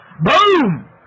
Boom